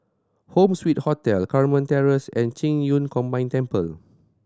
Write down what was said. Home Suite Hotel Carmen Terrace and Qing Yun Combined Temple